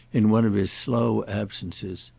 in one of his slow absences.